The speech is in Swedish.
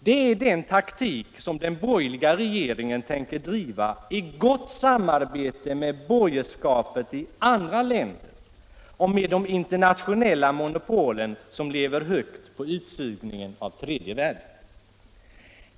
Det är den taktik som den borgerliga regeringen tänker driva I gott samarbete med borgerskapet i andra länder och med de internationella monopolen, som lever högt på utsugningen av tredje världen.